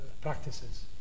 practices